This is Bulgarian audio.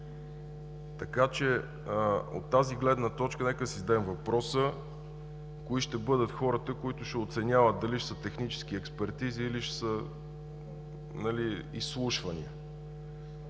Така че от тази гледна точка нека си зададем въпроса: кои ще бъдат хората, които ще оценяват – дали ще са технически експертизи, или ще са изслушвания?